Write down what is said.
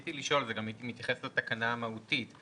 השיקולים האלה מתייחסים ל"שיקולים תעופתיים ובריאותיים